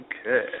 Okay